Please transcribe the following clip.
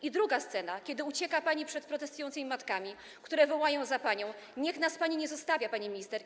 I druga scena, kiedy ucieka pani przed protestującymi matkami, które wołają za panią: Niech nas pani nie zostawia, pani minister.